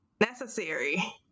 necessary